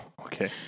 Okay